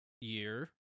year